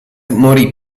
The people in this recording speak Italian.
morì